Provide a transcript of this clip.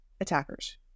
attackers